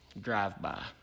drive-by